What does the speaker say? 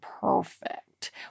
perfect